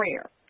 prayer